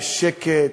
בשקט,